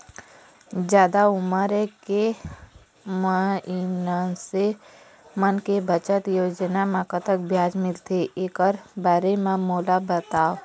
जादा उमर के मइनसे मन के बचत योजना म कतक ब्याज मिलथे एकर बारे म मोला बताव?